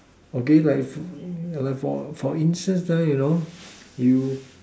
okay like like for for instance ah you know you